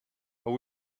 but